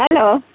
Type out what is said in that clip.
hello